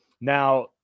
Now